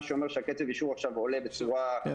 מה שאומר שהקצב אישור עכשיו עולה בצורה --- לא.